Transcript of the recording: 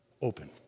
open